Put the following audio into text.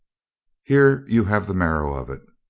here you have the marrow of it.